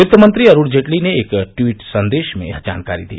वित्तमंत्री अरूण जेटली ने एक ट्वीट संदेश में यह जानकारी दी